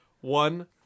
One